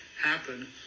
happen